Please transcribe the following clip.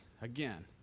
again